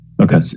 Okay